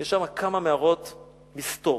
יש שם כמה מערות מסתור,